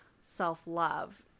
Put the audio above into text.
self-love